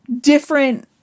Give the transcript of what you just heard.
different